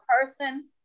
person